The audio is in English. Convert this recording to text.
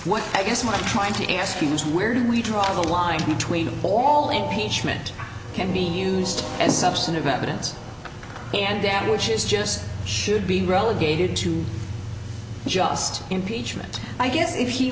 what i guess what i'm trying to ask you is where do we draw the line between all impeachment can be used as substantive evidence and data which is just should be relegated to just impeachment i guess if